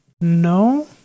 No